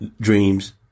Dreams